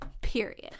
period